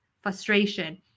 frustration